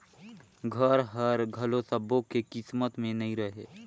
घर हर घलो सब्बो के किस्मत में नइ रहें